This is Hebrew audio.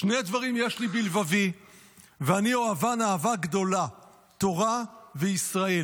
שני דברים יש לי בלבבי ואני אוהבן אהבה גמורה --- תורה וישראל,